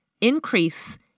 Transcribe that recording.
increase